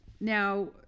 Now